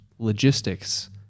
Logistics